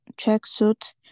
tracksuit